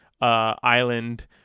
island